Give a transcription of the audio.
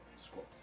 Squat